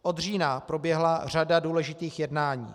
Od října proběhla řada důležitých jednání.